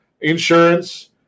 insurance